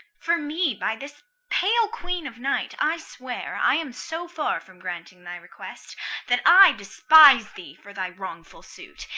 for me, by this pale queen of night i swear, i am so far from granting thy request that i despise thee for thy wrongful suit,